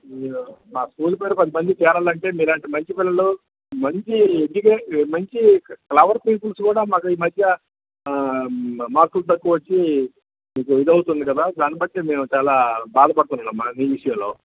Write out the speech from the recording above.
మా స్కూలు పేరు పది మందికి చేరాలంటే మీలాంటి మంచి పిల్లలు మంచి ఎడ్యుకే మంచి క్లవర్ పీపుల్స్ కూడా మాకు ఈ మధ్య ఆ మార్కులు తక్కువ వచ్చి ఇది అవుతుంది కదా దాని బట్టి మేము చాలా బాధపడుతున్నామ్మా మీ విషయంలో